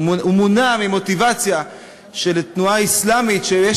הוא מונע ממוטיבציה של תנועה אסלאמית שיש